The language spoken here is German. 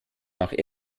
nach